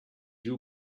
you